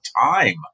time